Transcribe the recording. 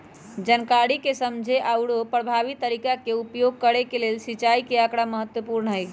जनकारी के समझे आउरो परभावी तरीका के उपयोग करे के लेल सिंचाई के आकड़ा महत्पूर्ण हई